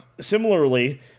similarly